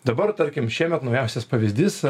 dabar tarkim šiemet naujausias pavyzdys